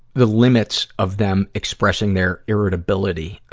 the limits of them expressing their irritability, ah,